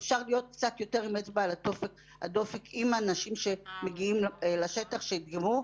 אפשר להיות קצת יותר עם אצבע על הדופק עם אנשים שמגיעים לשטח שידגמו,